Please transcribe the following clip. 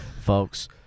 folks